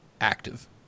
active